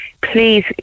please